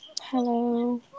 Hello